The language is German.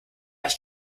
ich